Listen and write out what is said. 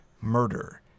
murder